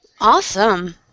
Awesome